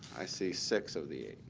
i see six of the eight.